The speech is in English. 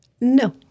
No